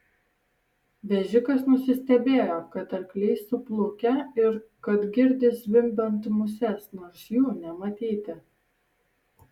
vežikas nusistebėjo kad arkliai suplukę ir kad girdi zvimbiant muses nors jų nematyti